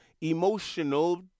emotional